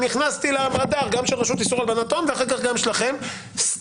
ואז נכנסתי לרדאר של הרשות לאיסור הלבנת הון ואחר כך לשלכם סתם,